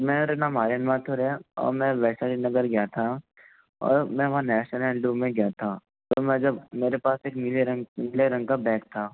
मेरा नाम आर्यन माथुर है और मैं वैशाली नगर गया था और मैं वहाँ मैं गया था और मैं जब मेरे पास एक नीले रंग नीले रंग का बैग था